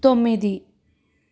తొమ్మిది